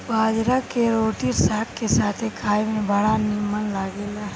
बजरा के रोटी साग के साथे खाए में बड़ा निमन लागेला